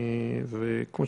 הם שלושה.